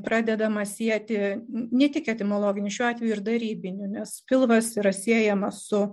pradedama sieti ne tik etimologiniu šiuo atveju ir darybiniu nes pilvas yra siejamas su